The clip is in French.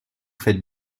faites